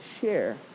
share